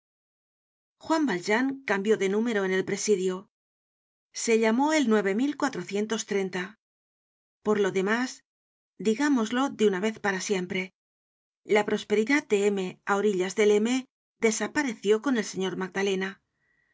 juan valjean cambió de número en el presidio se llámóel por lo demásdigámoslo de una vez para siempre la prosperidad de m á orillas del m desapareció con el señor magdalena